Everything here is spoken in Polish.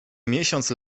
miesiąc